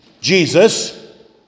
Jesus